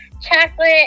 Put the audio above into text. chocolate